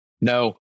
No